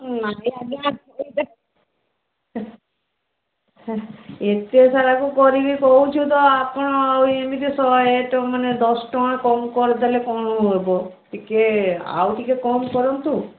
ନାଇ ଆଜ୍ଞା ଏତେ ସାରାକୁ କରିକି କହୁଛୁ ତ ଆପଣ ଆଉ ଏମିତି ଶହେ ଟ ମାନେ ଦଶ ଟଙ୍କା କମ୍ କରିଦେଲେ କ'ଣ ହବ ଟିକେ ଆଉ ଟିକେ କମ୍ କରନ୍ତୁ